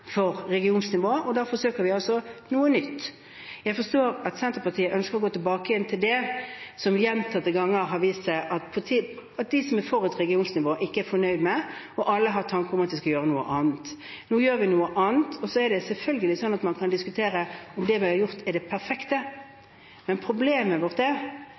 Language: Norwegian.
for regionsnivå, og da forsøker vi altså noe nytt. Jeg forstår at Senterpartiet ønsker å gå tilbake til det som gjentatte ganger har vist seg at de som er for et regionsnivå, ikke er fornøyd med, og der alle har tanker om at vi skal gjøre noe annet. Nå gjør vi noe annet. Selvfølgelig kan man diskutere om det vi har gjort, er det perfekte. Men problemet